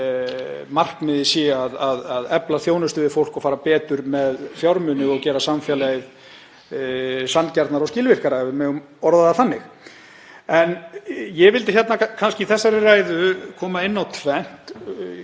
að markmiðið sé að efla þjónustu við fólk og fara betur með fjármuni og gera samfélagið sanngjarnara og skilvirkara, ef við megum orða það þannig. En ég vildi í þessari ræðu koma inn á tvennt: